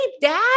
dad